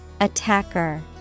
Attacker